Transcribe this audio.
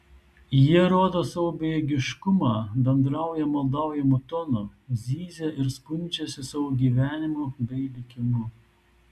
jie rodo savo bejėgiškumą bendrauja maldaujamu tonu zyzia ir skundžiasi savo gyvenimu bei likimu